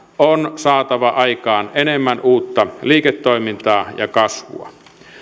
on saatava aikaan enemmän uutta liiketoimintaa ja kasvua